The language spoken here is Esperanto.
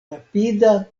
rapida